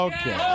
Okay